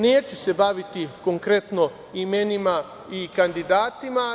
Neću se baviti konkretno imenima i kandidatima.